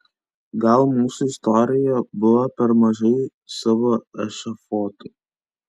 gal mūsų istorijoje buvo per mažai savų ešafotų